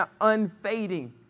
unfading